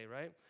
right